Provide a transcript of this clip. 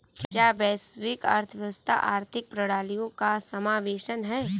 क्या वैश्विक अर्थव्यवस्था आर्थिक प्रणालियों का समावेशन है?